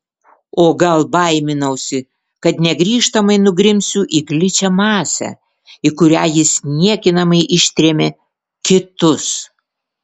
o gal baiminausi kad negrįžtamai nugrimsiu į gličią masę į kurią jis niekinamai ištrėmė kitus